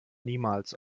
niemals